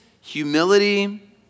humility